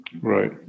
Right